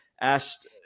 asked